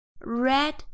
Red